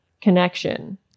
connection